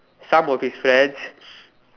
some of his friends